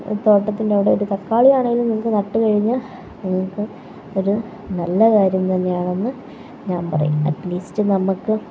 തോട്ടത്തിൻ്റെ അവിടെ ഒരു തക്കാളിയാണെങ്കിലും നിങ്ങൾക്ക് നട്ടു കഴിഞ്ഞാൽ അത് ഇപ്പം ഒരു നല്ല കാര്യം തന്നെയാണെന്ന് ഞാൻ പറയും അറ്റ്ലീസ്റ്റ് നമ്മൾക്ക്